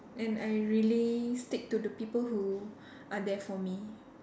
and I really stick to the people who are there for me